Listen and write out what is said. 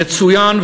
יצוין,